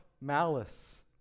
malice